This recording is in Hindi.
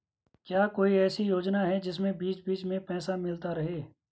क्या कोई ऐसी योजना है जिसमें बीच बीच में पैसा मिलता रहे?